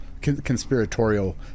conspiratorial